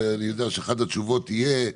ואני יודע שאחת התשובות תהיה,